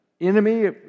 enemy